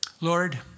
Lord